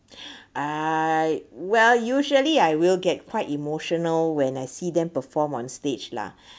I well usually I will get quite emotional when I see them perform on stage lah